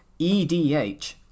EDH